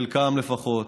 חלקם לפחות,